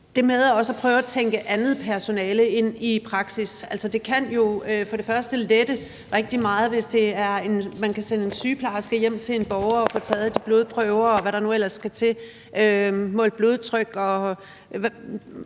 det med også at prøve at tænke andet personale ind i praksis. Det kan jo for det første lette rigtig meget, hvis man kan sende en sygeplejerske hjem til en borger for at få taget de blodprøver, målt blodtryk, og hvad der nu ellers skal til, og der er